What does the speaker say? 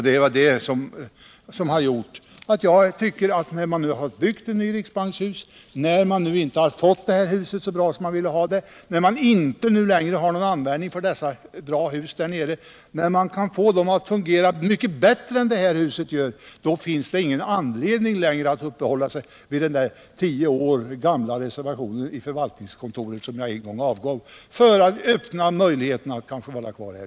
Det är detta som har gjort att jag tycker att när vi nu har byggt ett nytt riksbankshus och när vi inte har lyckats få det här huset så bra som vi vill ha det och när vi dessutom inte längre har någon användning för riksbyggnaderna där nere på Helgeandsholmen samt när det går att få dem att fungera mycket bättre för riksdagen än det här huset gör, då finns det inte längre någon anledning att uppehålla sig vid den där tio år gamla reservationen som Jag en gång avgav i förvaltningsstyrelsen för att öppna en möjlighet för riksdagen att stanna kvar här.